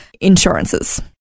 insurances